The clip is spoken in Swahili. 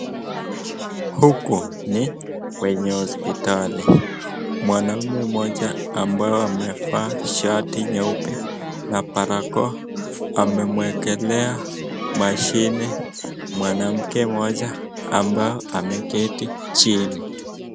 Huku ni kwenye hospitali, mwanaume moja ambaye amevaa shati nyeupe na barakoa amemwekelea mashine mwanamke mmoja ambaye ameketi chini.